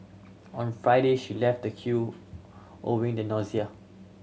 on Friday she left the queue owing the nausea